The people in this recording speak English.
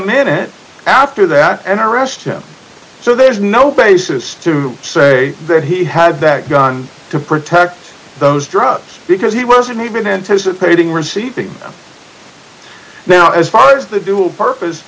minute after that and arrest him so there's no basis to say that he had that gun to protect those drugs because he wasn't even anticipating receiving now as far as the dual purpose